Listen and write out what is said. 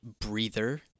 breather